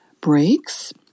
breaks